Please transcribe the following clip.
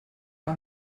war